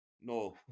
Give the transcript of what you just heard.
No